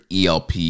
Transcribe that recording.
ELP